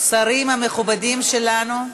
השרים המכובדים שלנו,